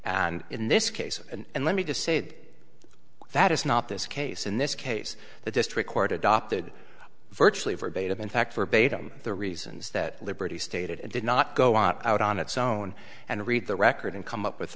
and in this case and let me just say it that is not this case in this case the district court adopted virtually verbatim in fact forbade him the reasons that liberty stated and did not go out on its own and read the record and come up with